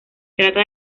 trata